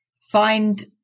find